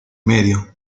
medio